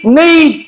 need